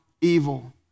evil